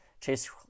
Chase